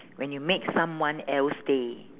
when you make someone else day